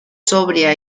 sobria